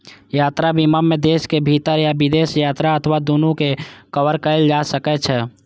यात्रा बीमा मे देशक भीतर या विदेश यात्रा अथवा दूनू कें कवर कैल जा सकै छै